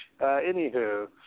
Anywho